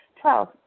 Twelve